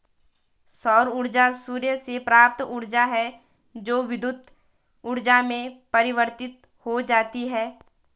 सौर ऊर्जा सूर्य से प्राप्त ऊर्जा है जो विद्युत ऊर्जा में परिवर्तित हो जाती है